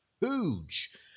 huge